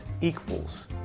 equals